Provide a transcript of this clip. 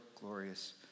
glorious